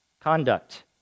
conduct